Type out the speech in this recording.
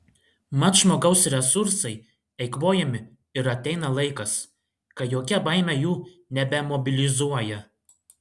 mat žmogaus resursai eikvojami ir ateina laikas kai jokia baimė jų nebemobilizuoja